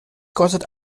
kostet